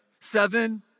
Seven